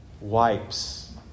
wipes